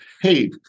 hey